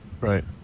Right